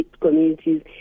communities